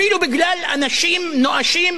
אפילו בגלל אנשים נואשים